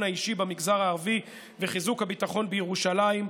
האישי במגזר הערבי וחיזוק הביטחון בירושלים,